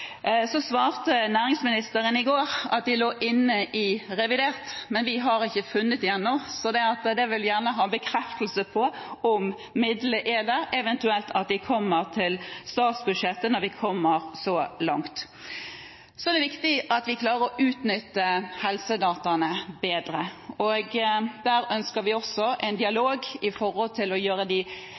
så jeg vil gjerne ha en bekreftelse på om midlene er der, eventuelt at de kommer i statsbudsjettet når vi kommer så langt. Så er det viktig at vi klarer å utnytte helsedataene bedre. Der ønsker vi også en dialog med hensyn til å gjøre dem lettere tilgjengelig, selvfølgelig innenfor de